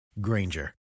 Granger